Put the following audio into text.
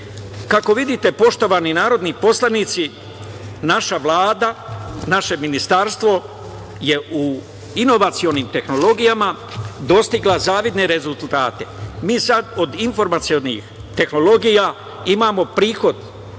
vidite, poštovani narodni poslanici, naša Vlada, naše ministarstvo, je u inovacionim tehnologijama, dostigla zavidne rezultate. Mi sada od informacionih tehnologija imamo prihod